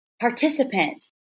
participant